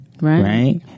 Right